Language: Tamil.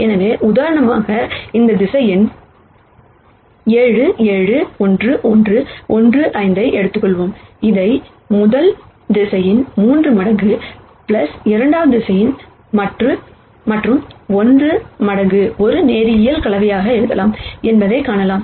எனவே உதாரணமாக இந்த வெக்டர்ஸ் 7 7 11 15 ஐ எடுத்துள்ளோம் அதை முதல் வெக்டர்ஸ் 3 மடங்கு இரண்டாவது வெக்டர்ஸ் மற்றும் 1 மடங்கு ஒரு லீனியர் காம்பினேஷன் எழுதலாம் என்பதைக் காணலாம்